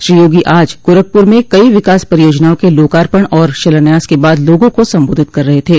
श्री योगी आज गोरखपुर में कई विकास परियोजनाओं के लोकार्पण और शिलान्यास के बाद लोगों को सम्बोधित कर रहे थे